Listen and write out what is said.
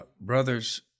brothers